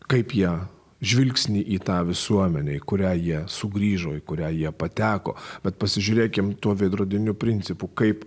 kaip ją žvilgsnį į tą visuomenę į kurią jie sugrįžo į kurią jie pateko bet pasižiūrėkim tuo veidrodiniu principu kaip